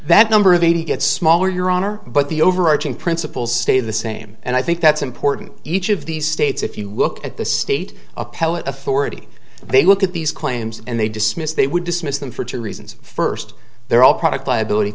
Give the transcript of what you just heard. that number of eighty gets smaller your honor but the overarching principles stay the same and i think that's important each of these gates if you look at the state appellate authority they look at these claims and they dismiss they would dismiss them for two reasons first they're all product liability